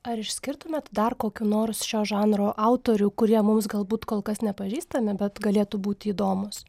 ar išskirtumėt dar kokių nors šio žanro autorių kurie mums galbūt kol kas nepažįstami bet galėtų būti įdomūs